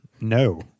No